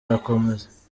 arakomeza